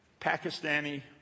Pakistani